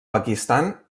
pakistan